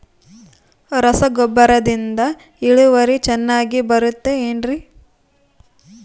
ರಸಗೊಬ್ಬರದಿಂದ ಇಳುವರಿ ಚೆನ್ನಾಗಿ ಬರುತ್ತೆ ಏನ್ರಿ?